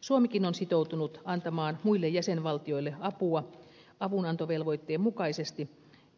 suomikin on sitoutunut antamaan muille jäsenvaltioille apua avunantovelvoitteen mukaisesti